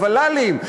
לוול"לים,